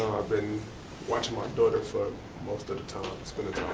i've been watching my daughter for most of the time. spending